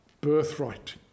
birthright